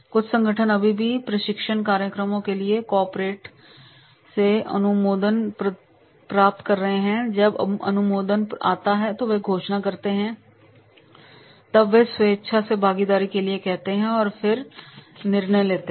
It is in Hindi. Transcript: कुछ संगठन अभी भी प्रशिक्षण कार्यक्रमों के लिए कॉर्पोरेट से अनुमोदन प्राप्त कर रहे हैं जब अनुमोदन आता है तब वे घोषणा करते हैं और तब वे स्वेच्छा से भागीदारी के लिए कहते हैं और फिर वे निर्णय लेते हैं